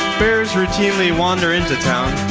bears routinely wander into town.